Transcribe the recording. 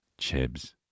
Chibs